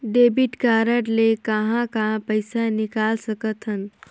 Debit card ले कहां कहां पइसा निकाल सकथन?